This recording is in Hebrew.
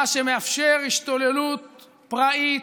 מה שמאפשר השתוללות פראית,